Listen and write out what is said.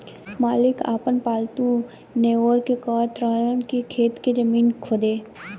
मालिक आपन पालतु नेओर के कहत रहन की खेत के जमीन खोदो